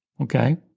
okay